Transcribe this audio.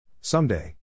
Someday